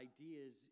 ideas